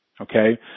okay